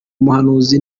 umuhanuzi